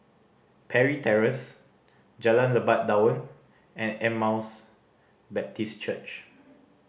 Parry Terrace Jalan Lebat Daun and Emmaus Baptist Church